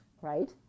right